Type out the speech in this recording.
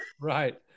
right